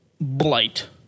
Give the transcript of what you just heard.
Blight